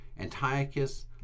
Antiochus